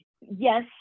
yes